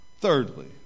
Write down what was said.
Thirdly